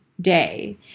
day